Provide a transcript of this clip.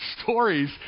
stories